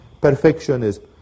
perfectionism